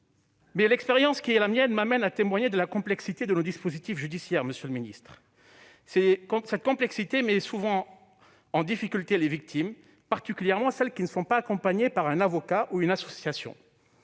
Mon expérience m'amène à témoigner de la complexité de nos dispositifs judiciaires, monsieur le garde des sceaux. Cette complexité met bien souvent en difficulté les victimes, en particulier celles qui ne sont pas accompagnées par un avocat ou une association.